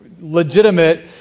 Legitimate